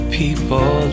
people